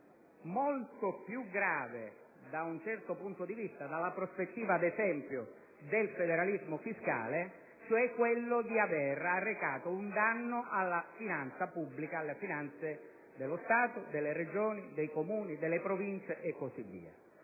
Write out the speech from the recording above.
molto più grave da un certo punto di vista - ad esempio, dalla prospettiva del federalismo fiscale - cioè quello di aver arrecato un danno alla finanza pubblica, alle finanze dello Stato, delle Regioni, dei Comuni, delle Province e così via.